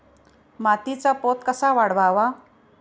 मातीचा पोत कसा वाढवावा?